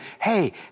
hey